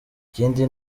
ikindi